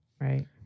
Right